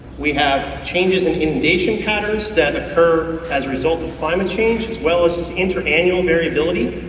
we have changes in inundation patterns that occur as a result of climate change as well as this inter-annual variability.